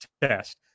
test